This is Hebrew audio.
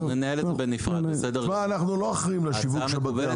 אנחנו לא אחראים לשיווק של בתי האבות.